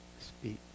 speak